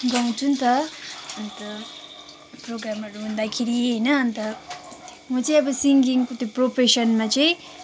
गाउँछु नि त अन्त प्रोग्रामहरू हुँदाखेरि होइन अन्त म चाहिँ अब सिङगिङको त्यो प्रोफेसनमा चाहिँ